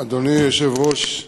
אדוני היושב-ראש,